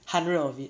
hundred of it